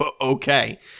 okay